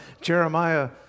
Jeremiah